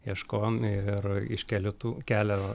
ieškojom ir iš keliu tų kelio